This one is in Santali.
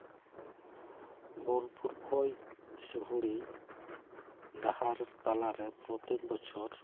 ᱜᱚᱱᱯᱩᱨ ᱠᱷᱚᱱ ᱥᱤᱦᱩᱲᱤ ᱰᱟᱦᱟᱨ ᱛᱟᱞᱟᱨᱮ ᱡᱟᱣ ᱥᱮᱨᱢᱟ